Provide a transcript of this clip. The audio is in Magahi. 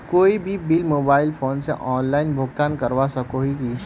कोई भी बिल मोबाईल फोन से ऑनलाइन भुगतान करवा सकोहो ही?